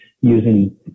using